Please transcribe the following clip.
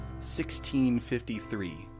1653